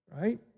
right